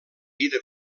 vida